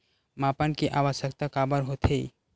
मापन के आवश्कता काबर होथे?